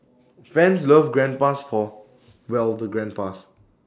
fans love grandpas for well the grandpas